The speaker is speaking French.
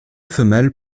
femelles